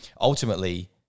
ultimately